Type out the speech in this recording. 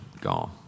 gone